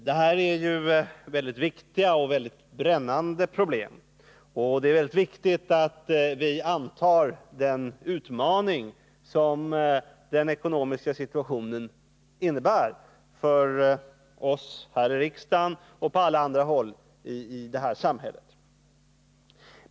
Det här är ju mycket väsentliga och brännande problem, och det är mycket viktigt att vi antar den utmaning som den ekonomiska situationen innebär för oss här i riksdagen och på alla andra håll i landet.